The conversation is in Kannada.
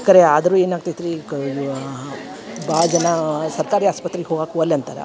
ಖರೆ ಆದರೂ ಏನಾಗ್ತೈತೆ ರೀ ಕ ಇವ ಹಾಂ ಭಾಳ್ ಜನ ಸರ್ಕಾರಿ ಆಸ್ಪತ್ರೆಗೆ ಹೋಗಾಕ ಒಲ್ಲೆ ಅಂತಾರೆ